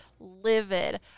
livid